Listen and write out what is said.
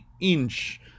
inch